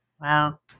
wow